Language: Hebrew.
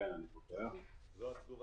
ממה שאנחנו יודעים, בסכום